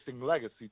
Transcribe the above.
legacy